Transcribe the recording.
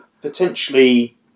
potentially